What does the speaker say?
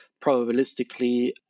probabilistically